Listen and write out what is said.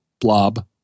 blob